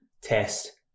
test